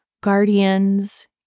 guardians